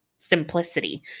simplicity